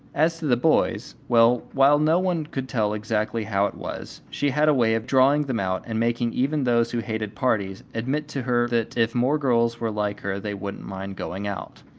as to the boys well, while no one could tell exactly how it was, she had a way of drawing them out and making even those who hated parties, admit to her that if more girls were like her they wouldn't mind going out.